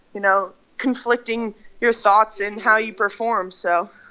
you know, conflicting your thoughts and how you perform, so.